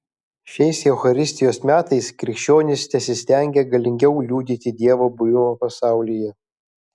šiais eucharistijos metais krikščionys tesistengia galingiau liudyti dievo buvimą pasaulyje